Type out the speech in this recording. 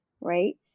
right